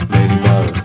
Ladybug